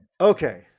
Okay